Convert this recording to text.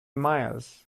miles